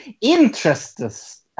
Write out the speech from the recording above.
Interests